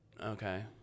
Okay